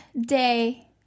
day